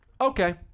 Okay